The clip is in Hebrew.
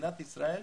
מדינת ישראל